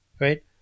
right